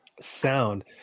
sound